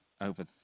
over